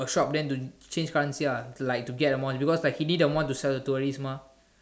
the shop then to change currency lah like to get amount because like he need amount to sell the tourist mah